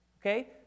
Okay